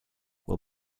will